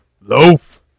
Loaf